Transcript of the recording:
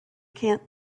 can’t